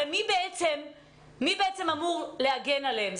הרי מי בעצם אמור להגן עליהם?